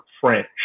French